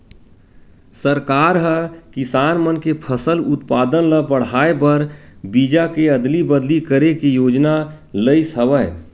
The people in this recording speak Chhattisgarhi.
सरकार ह किसान मन के फसल उत्पादन ल बड़हाए बर बीजा के अदली बदली करे के योजना लइस हवय